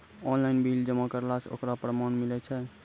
Online bill जमा करला से ओकरौ परमान मिलै छै?